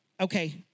okay